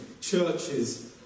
churches